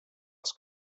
els